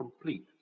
complete